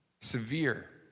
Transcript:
severe